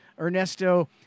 Ernesto